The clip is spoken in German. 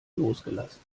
losgelassen